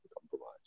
compromise